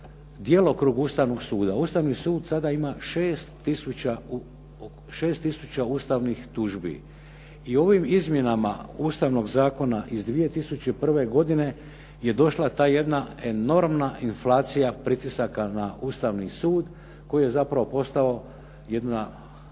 djelokrug Ustavnog suda. Ustavni sud sada ima oko 6 tisuća ustavnih tužbi i ovim izmjenama ustavnog zakona iz 2001. godine je došla ta jedna enormna inflacija pritisaka na Ustavni sud koji je zapravo postao jedna